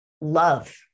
love